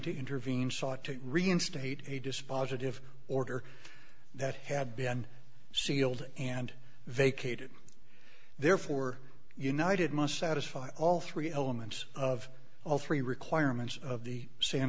to intervene sought to reinstate a dispositive order that had been sealed and vacated therefore united must satisfy all three elements of all three requirements of the san